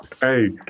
Hey